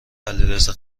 علیرضا